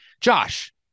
Josh